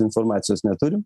informacijos neturi